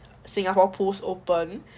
singapore pools open